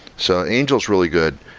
so angel is really good.